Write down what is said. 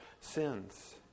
sins